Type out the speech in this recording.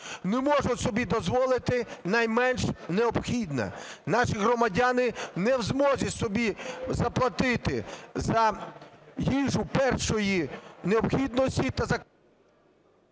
не можуть собі дозволити найменш необхідне. Наші громадяни не в змозі собі заплатити за їжу першої необхідності